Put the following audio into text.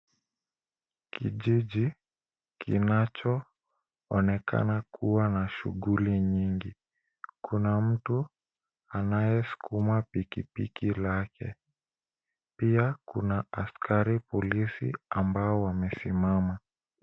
Kijiji kinachoonekana kuwa na shughuli nyingi. Kuna mtu anayesukuma pikipiki lake. Pia kuna askari polisi ambao wamesimama.